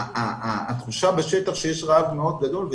התחושה בשטח שיש רעב מאוד גדול.